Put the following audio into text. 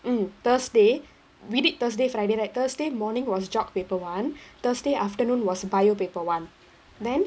mm thursday we did thursday friday right thursday morning was geog paper one thursday afternoon was bio paper one then